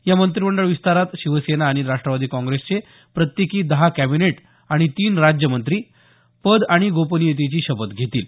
या मंत्रिमंडळ विस्तारात शिवसेना आणि राष्ट्रवादी काँग्रेसचे प्रत्येकी दहा कॅबिनेट आणि तीन राज्यमंत्री पद आणि गॊपनीयतेची शपथ घेतील